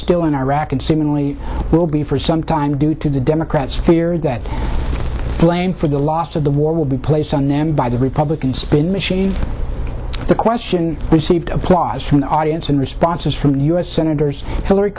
still in iraq and seemingly will be for some time due to the democrats fear that blame for the loss of the war will be placed on them by the republican spin machine the question received applause from the audience and responses from u s senators hillary